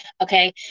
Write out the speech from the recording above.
Okay